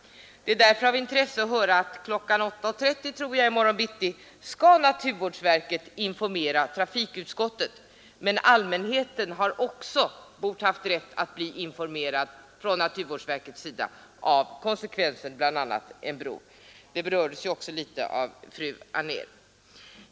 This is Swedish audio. Det är därför av intresse att höra att klockan 8.30 — tror jag — i morgon skall naturvårdsverket informera trafikutskottet. Men allmänheten borde också haft rätt att bli informerad från naturvårdsverkets sida om bl.a. konsekvenserna av denna bro. Det berördes också något av fru Anér.